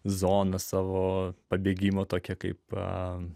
zoną savo pabėgimo tokia kaip tą